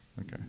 Okay